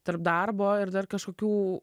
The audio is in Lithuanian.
tarp darbo ir dar kažkokių